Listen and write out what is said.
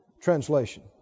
translation